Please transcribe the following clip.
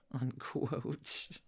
unquote